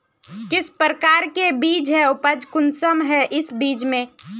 किस प्रकार के बीज है उपज कुंसम है इस बीज में?